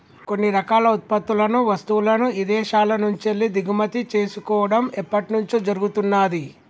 కొన్ని రకాల ఉత్పత్తులను, వస్తువులను ఇదేశాల నుంచెల్లి దిగుమతి చేసుకోడం ఎప్పట్నుంచో జరుగుతున్నాది